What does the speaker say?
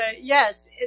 yes